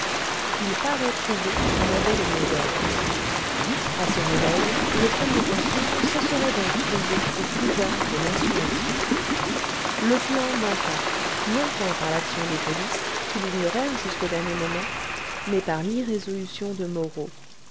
il paraît prouvé qu'on avait le mot d'ordre a son réveil le premier consul se serait donc trouvé au pouvoir de l'insurrection le plan manqua non point par l'action des polices qui l'ignorèrent jusqu'au dernier moment mais par l'irrésolution de moreau